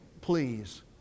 please